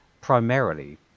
primarily